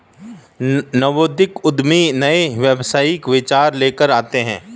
नवोदित उद्यमी नए व्यावसायिक विचार लेकर आते हैं